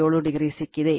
87 o ಸಿಕ್ಕಿದೆ